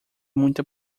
muita